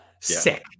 sick